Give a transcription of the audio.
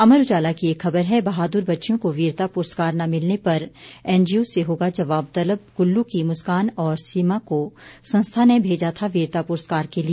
अमर उजाला की एक खबर है बहादुर बच्चियों को वीरता पुरस्कार न मिलने पर एनजीओ से होगा जवाब तलब कल्लू की मुस्कान और सीमा को संस्था ने भेजा था वीरता प्रस्कार के लिए